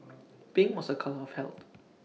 pink was A colour of health